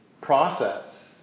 process